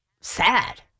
sad